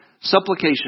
Supplication